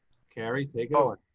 carrie take on